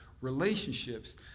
relationships